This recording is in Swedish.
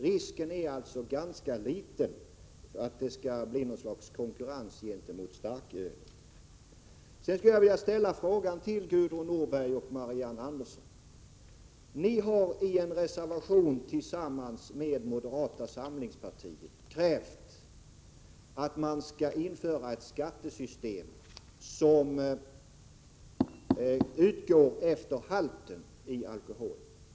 Risken är alltså ganska liten för att detta vin kommer att konkurrera med starkölet. Gudrun Norberg och Marianne Andersson har i en reservation tillsammans med moderata samlingspartiet krävt att det skall införas ett skattesystem som utgår från alkoholhalten.